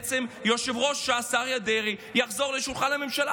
שיושב-ראש ש"ס אריה דרעי יחזור לשולחן הממשלה.